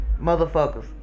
motherfuckers